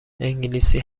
انگلیسی